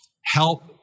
Help